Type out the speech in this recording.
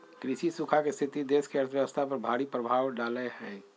कृषि सूखा के स्थिति देश की अर्थव्यवस्था पर भारी प्रभाव डालेय हइ